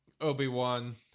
Obi-Wan